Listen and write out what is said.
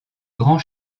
grand